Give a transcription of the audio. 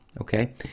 okay